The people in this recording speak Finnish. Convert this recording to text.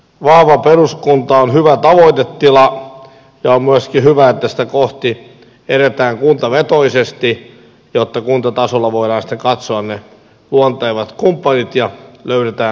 vahva peruskunta on hyvä tavoitetila ja on myöskin hyvä että sitä kohti edetään kuntavetoisesti jotta kuntatasolla voidaan sitten katsoa ne luontevat kumppanit ja löydetään ratkaisut